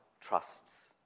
trusts